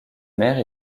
mère